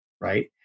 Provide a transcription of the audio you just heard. right